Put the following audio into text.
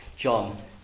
John